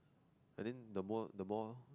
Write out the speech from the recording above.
but then the more the more